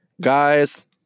Guys